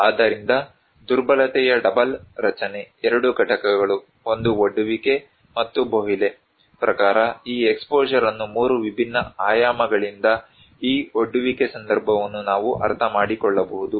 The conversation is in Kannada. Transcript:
ಆದ್ದರಿಂದ ದುರ್ಬಲತೆಯ ಡಬಲ್ ರಚನೆ ಎರಡು ಘಟಕಗಳು ಒಂದು ಒಡುವಿಕೆ ಮತ್ತು ಬೋಹ್ಲೆ ಪ್ರಕಾರ ಈ ಎಕ್ಸ್ಪೋಷರ್ ಅನ್ನು 3 ವಿಭಿನ್ನ ಆಯಾಮಗಳಿಂದ ಈ ಒಡುವಿಕೆ ಸಂದರ್ಭವನ್ನು ನಾವು ಅರ್ಥಮಾಡಿಕೊಳ್ಳಬಹುದು